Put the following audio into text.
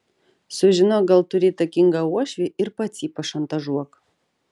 sužinok gal turi įtakingą uošvį ir pats jį pašantažuok